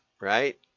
right